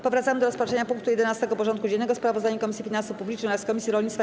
Powracamy do rozpatrzenia punktu 11. porządku dziennego: Sprawozdanie Komisji Finansów Publicznych oraz Komisji Rolnictwa i